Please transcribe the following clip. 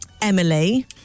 Emily